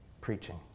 preaching